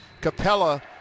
Capella